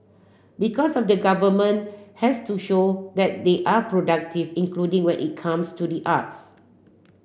because of the government has to show that they are productive including when it comes to the arts